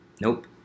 Nope